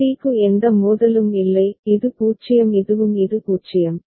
C க்கு எந்த மோதலும் இல்லை இது 0 இதுவும் இது 0